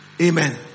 Amen